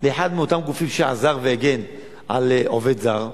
לאחד מאותם גופים שעזר והגן על עובד זר,